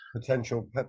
potential